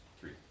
three